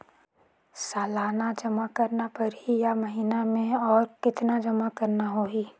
सालाना जमा करना परही या महीना मे और कतना जमा करना होहि?